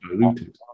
diluted